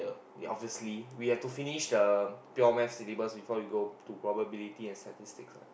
ya obviously we have to finish the pure math syllabus before we go to probability and statistics ah